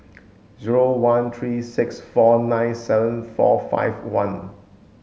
zero one three six four nine seven four five one